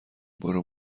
برو